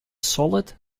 solid